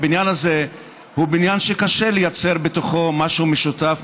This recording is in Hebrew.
הבניין הזה הוא בניין שקשה לייצר בתוכו משהו משותף,